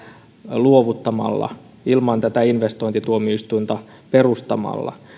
luovuttamatta tätä investointituomioistuinta perustamatta